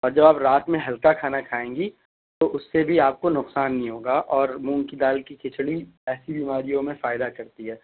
اور جب آپ رات میں ہلکا کھانا کھائیں گی تو اس بھی آپ کو نقصان نہیں ہوگا اور مونگ کی دال کی کھچڑی ایسی بیماریوں میں فائدہ کرتی ہے